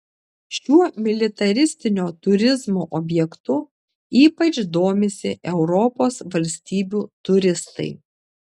šiuo militaristinio turizmo objektu ypač domisi europos valstybių turistai